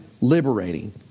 liberating